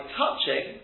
touching